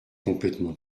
complètement